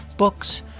books